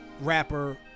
rapper